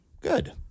Good